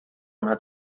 una